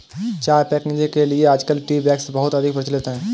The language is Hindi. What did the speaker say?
चाय पैकेजिंग के लिए आजकल टी बैग्स बहुत अधिक प्रचलित है